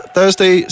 Thursday